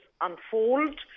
unfold